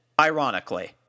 ironically